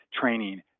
training